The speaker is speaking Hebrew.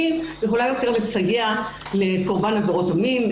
יכולה יותר לסייע לקורבן עבירות המין,